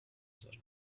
zero